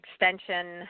extension